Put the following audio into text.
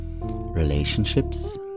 relationships